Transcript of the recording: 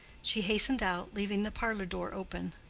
she hastened out, leaving the parlor door open.